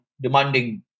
demanding